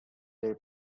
lay